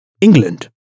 england